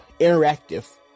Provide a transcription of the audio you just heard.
interactive